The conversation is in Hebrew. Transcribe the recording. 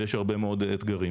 ויש הרבה מאוד אתגרים.